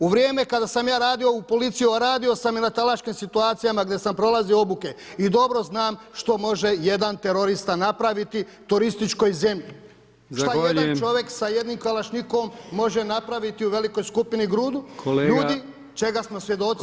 U vrijeme kada sam ja radio u policiji, a radio sam i na talačkim situacijama gdje sam prolazio obuke i dobro znam što može jedan terorist napraviti turističkoj zemlji [[Upadica Brkić: Zahvaljujem.]] Što jedan čovjek sa jednim kalašnjikovom može napraviti u velikoj skupini ljudi, čega smo svjedoci…